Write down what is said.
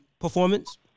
performance